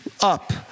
up